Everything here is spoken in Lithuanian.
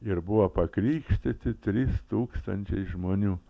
ir buvo pakrikštyti trys tūkstančiai žmonių